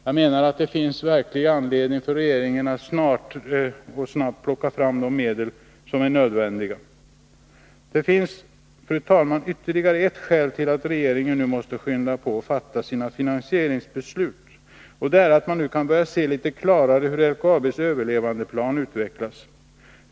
Jag menar att det verkligen finns anledning för regeringen att snabbt plocka fram de medel som är nödvändiga. Det finns, fru talman, ytterligare ett skäl till att regeringen nu måste skynda på att fatta sina finansieringsbeslut, och det är att man nu kan börja se litet klarare hur LKAB:s överlevandeplan utvecklas.